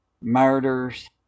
murders